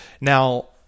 Now